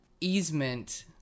easement